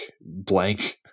blank